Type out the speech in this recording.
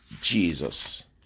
jesus